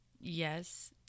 yes